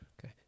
Okay